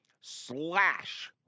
slash